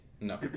No